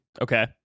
Okay